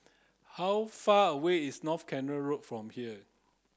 how far away is North Canal Road from here